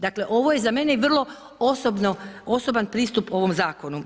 Dakle ovo je za mene vrlo osoban pristup ovom zakonu.